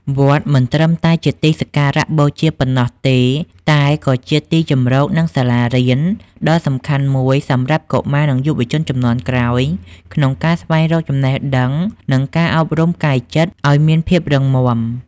វត្តមិនត្រឹមតែជាទីសក្ការបូជាប៉ុណ្ណោះទេ តែក៏ជាទីជម្រកនិងជាសាលារៀនដ៏សំខាន់មួយសម្រាប់កុមារនិងយុវជនជំនាន់ក្រោយក្នុងការស្វែងរកចំណេះដឹងនិងការអប់រំកាយចិត្តឲ្យមានភាពរឹងមាំ។